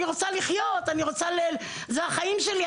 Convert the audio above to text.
אני רוצה לחיות, אלו החיים שלי.